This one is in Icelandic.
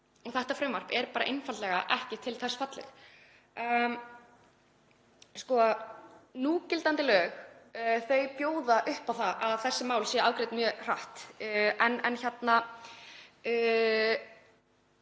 Þetta frumvarp er bara einfaldlega ekki til þess fallið. Núgildandi lög bjóða upp á það að þessi mál séu afgreidd mjög hratt. En með